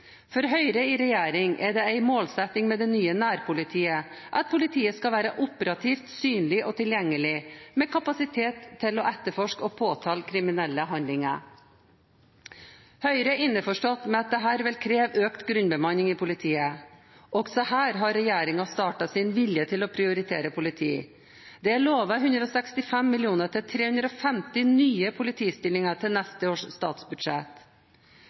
For Høyre i regjering er det en målsetting med det nye nærpolitiet at politiet skal være operativt, synlig og tilgjengelig med kapasitet til å etterforske og påtale kriminelle handlinger. Høyre er innforstått med at dette vil kreve økt grunnbemanning i politiet. Også her har regjeringen vist sin vilje til å prioritere politi. Det er lovet 165 mill. kr til 350 nye politistillinger i neste års statsbudsjett.